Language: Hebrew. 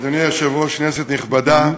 אדוני היושב-ראש, כנסת נכבדה,